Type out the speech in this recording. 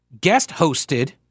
guest-hosted